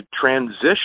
transition